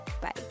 Bye